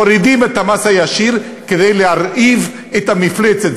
מורידים את המס הישיר כדי להרעיב את המפלצת.